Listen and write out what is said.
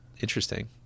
interesting